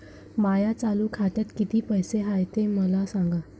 माया चालू खात्यात किती पैसे हाय ते मले सांगा